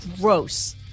gross